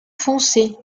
foncée